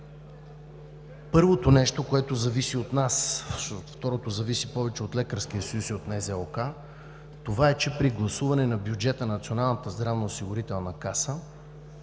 Първото нещо, което зависи от нас, защото второто зависи повече от Лекарския съюз и от НЗОК, това е, че при гласуване на бюджета на Националната здравноосигурителна каса